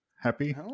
Happy